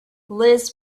liz